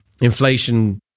inflation